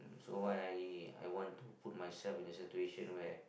so I I want to put myself in a situation where